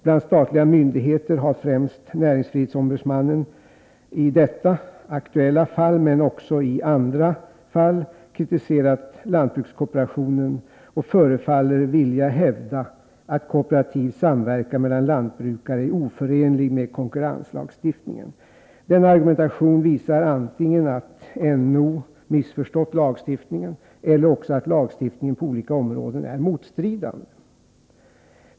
Bland statliga myndigheter har främst näringsfrihetsombudsmannen i detta aktuella fall — men också i andra fall — kritiserat lantbrukskooperationen och förefaller vilja hävda att kooperativ samverkan mellan lantbrukare är oförenlig med konkurrenslagstiftningen. Denna argumentation visar antingen att NO missförstått lagstiftningen eller också att lagstiftningen på olika områden är motstridande.